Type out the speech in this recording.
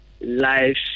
life